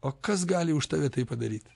o kas gali už tave tai padaryt